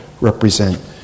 represent